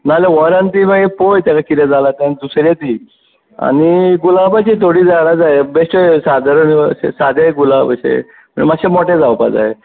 नाल्यार वर आनी ती मागीर पळय तेका कितें जालां ते आनी तुसरें दी आनी गुलाबाचीं थोडीं झाडां जाय बेश्टे सादारण अशे सादे गुलाब अशे मात्शे मोटे जावपाक जाय